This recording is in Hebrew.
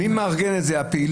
ואימהות.